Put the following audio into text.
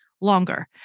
longer